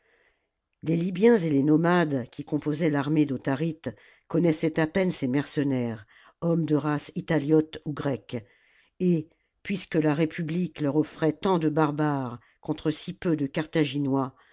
les libyens et les nomades qui composaient l'armée d'autharite connaissaient à peine ces mercenaires hommes de race italiote ou grecque et puisque la république leur offrait tant de barbares contre si peu de carthaginois